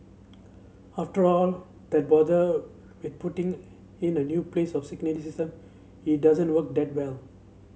after all that bother with putting in a new place of signalling system it doesn't work that well